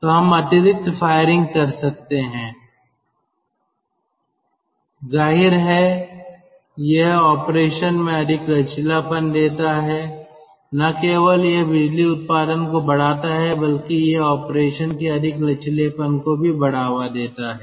तो हम अतिरिक्त फायरिंग कर सकते हैं जाहिर है यह ऑपरेशन में अधिक लचीलापन देता है न केवल यह बिजली उत्पादन को बढ़ाता है बल्कि यह ऑपरेशन के अधिक लचीलेपन को भी बढ़ावा देता है